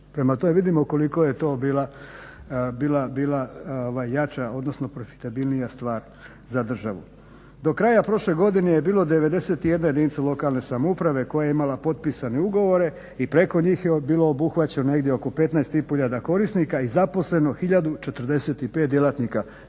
Prema tome vidimo koliko je to bila jača odnosno profitabilnija stvar za državu. Do kraja prošle godine je bilo 91 jedinica lokalne samouprave koja je imala potpisane ugovore i preko njih je bilo obuhvaćeno negdje oko 15,5 tisuća korisnika i zaposleno 1045 djelatnika.